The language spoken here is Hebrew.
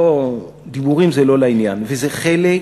דיבורים זה לא לעניין, וזה חלק